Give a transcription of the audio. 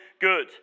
good